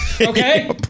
okay